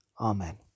Amen